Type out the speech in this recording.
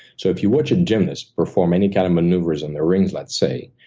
so if you watch a gymnast perform any kind of maneuvers on the rings, let's say,